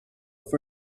for